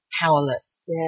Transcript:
powerless